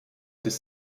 des